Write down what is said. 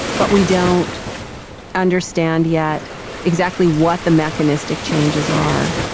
but we don't understand yet exactly what the mechanistic changes are.